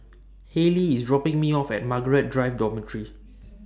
Haylie IS dropping Me off At Margaret Drive Dormitory